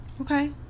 okay